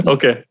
Okay